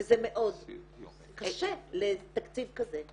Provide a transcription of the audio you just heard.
וזה מאוד קשה לתקציב כזה.